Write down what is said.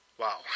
Wow